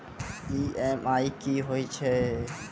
EMI कि होय छै?